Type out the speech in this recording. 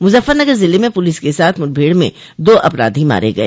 मुजफ्फरनगर जिले में पुलिस के साथ मुठभेड़ में दो अपराधी मारे गए